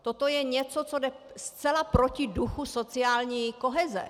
Toto je něco, co jde zcela proti duchu sociální koheze.